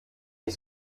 ich